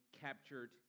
captured